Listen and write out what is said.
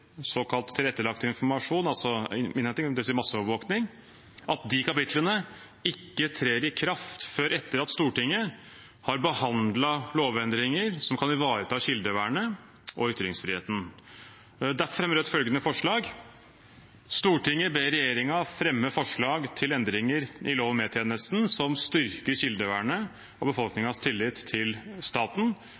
innhenting av tilrettelagt informasjon, dvs. masseovervåkning, ikke trer i kraft før etter at Stortinget har behandlet lovendringer som kan ivareta kildevernet og ytringsfriheten. Derfor fremmer Rødt følgende forslag: «Stortinget ber regjeringen fremme forslag til endringer i Lov om Etterretningstjenesten som styrker kildevernet og befolkningens tillit til staten,